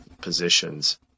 positions